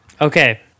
okay